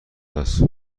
است